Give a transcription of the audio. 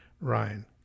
Ryan